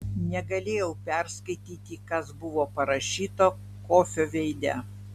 negalėjau perskaityti kas buvo parašyta kofio veide